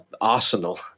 arsenal